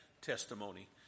testimony